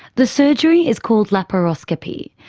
the surgery is called laparoscopy.